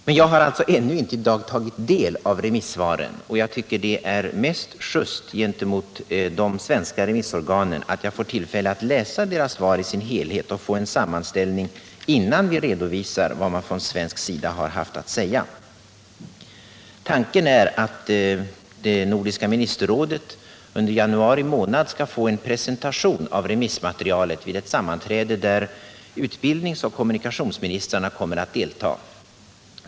Men jag har, som sagt, ännu inte tagit del av remissvaren, och jag tycker att det är mest riktigt mot de svenska remissorganen att jag får tillfälle att läsa deras svar i sin helhet och få en sammanställning, innan vi redovisar vad man från svensk sida har haft att säga. Tanken är att det nordiska ministerrådet under januari månad skall få en presentation av remissmaterialet vid ett sammanträde, där utbildningsoch kommunikationsministrarna kommer att delta.